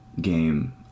game